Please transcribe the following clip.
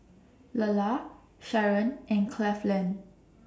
Lelar Sharron and Cleveland